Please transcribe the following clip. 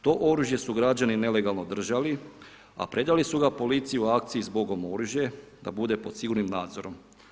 To oružje su građani nelegalno držali, a predali su ga policiji u akciji „Zbogom oružje“ da bude pod sigurnim nadzorom.